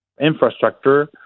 infrastructure